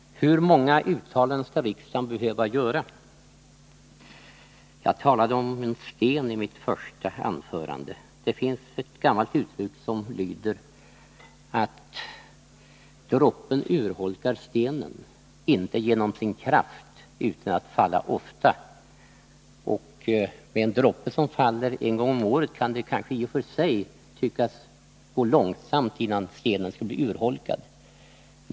Hur många uttalanden skall riksdagen behöva göra? Jag talade om en sten i mitt första anförande. Det finns ett gammalt uttryck som lyder: Droppen urholkar stenen, inte genom sin kraft utan genom att falla ofta. Med en droppe som faller en gång om året kan det kanske i och för sig tyckas att det tar lång tid innan stenen blir urholkad.